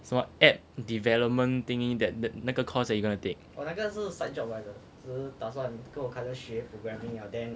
什么 app development thingy that the 那个 course that you're gonna take